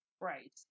Right